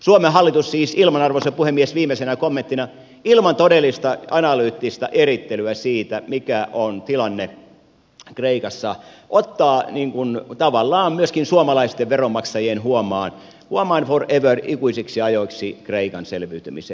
suomen hallitus siis arvoisa puhemies viimeisenä kommenttina ilman todellista analyyttista erittelyä siitä mikä on tilanne kreikassa ottaa tavallaan myöskin suomalaisten veronmaksajien huomaan forever ikuisiksi ajoiksi kreikan selviytymisen